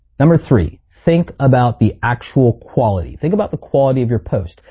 number three, think about the actual quality. think about the quality of your post,